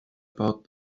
about